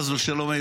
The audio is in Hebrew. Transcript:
חס ושלום,